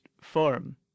form